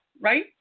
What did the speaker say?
right